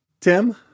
Tim